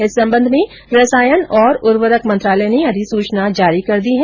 इस संबंध में रसायर और उर्वरक मंत्रालय ने अधिसूचना जारी कर दी है